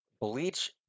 bleach